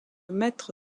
maitre